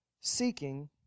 seeking